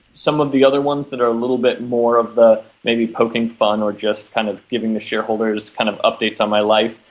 some of the other ones that are a little bit more of the maybe poking fun or just kind of giving the shareholders kind of updates on my life,